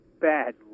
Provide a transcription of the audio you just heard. bad